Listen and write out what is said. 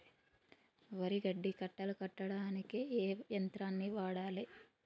వరి గడ్డి కట్టలు కట్టడానికి ఏ యంత్రాన్ని వాడాలే?